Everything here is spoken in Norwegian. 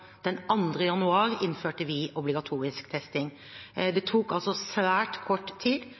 januar innførte vi obligatorisk testing. Det tok altså svært kort tid